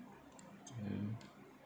mmhmm